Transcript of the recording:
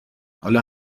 حالا